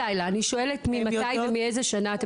<< יור >> פנינה תמנו (יו"ר הוועדה לקידום מעמד האישה ולשוויון